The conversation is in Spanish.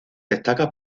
destaca